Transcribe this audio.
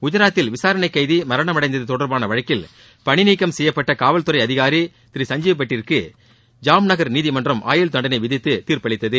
குஜராத்தில் விசாரணை கைதி மரணமடைந்தது தொடர்பான வழக்கில் பணி நீக்கம் செய்யப்பட்ட காவல் துறை அதிகாரி சஜ்ஜீவ்பட்டிற்கு ஜாம் நகர் நீதிமன்றம் ஆயுள் தண்டனை விதித்து தீர்ப்பளித்துள்ளது